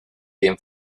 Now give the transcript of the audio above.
bien